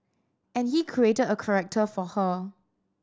and he created a character for her